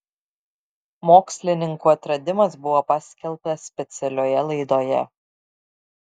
mokslininkų atradimas buvo paskelbtas specialioje laidoje